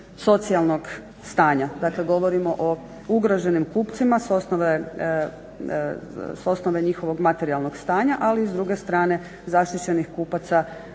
socijalnog stanja. Dakle, govorimo o ugroženim kupcima s osnove njihovog materijalnog stanja, ali i s druge strane zaštićenih kupaca